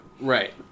right